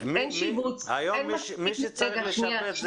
-- היום מי שצריך לשבץ -- רגע, רגע.